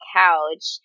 couch